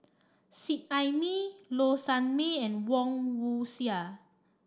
Seet Ai Mee Low Sanmay and Woon Wah Siang